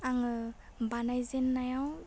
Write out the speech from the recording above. आङो बानायजेन्नायाव